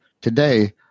today